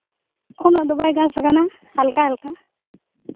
ᱩᱱᱟᱹᱜ ᱫᱚ ᱵᱟᱭ ᱜᱷᱟᱸᱥ ᱠᱟᱱᱟ ᱦᱟᱞᱠᱟ ᱦᱟᱞᱠᱟ